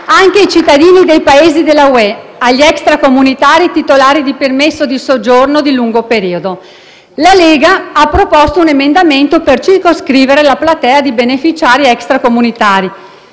anche ai cittadini dei Paesi dell'Unione europea, agli extracomunitari titolari di permesso di soggiorno di lungo periodo. La Lega ha proposto un emendamento per circoscrivere la platea dei beneficiari extracomunitari,